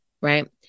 right